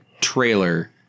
trailer